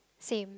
same